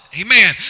amen